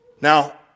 Now